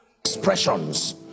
expressions